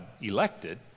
elected